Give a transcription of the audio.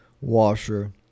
washer